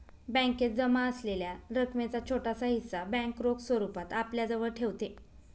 बॅकेत जमा असलेल्या रकमेचा छोटासा हिस्सा बँक रोख स्वरूपात आपल्याजवळ ठेवते